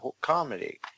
comedy